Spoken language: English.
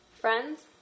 Friends